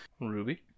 Ruby